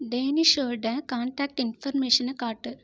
டேனிஷோட contact இன்ஃபர்மேஷனை காட்டு